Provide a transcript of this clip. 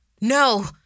No